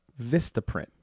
VistaPrint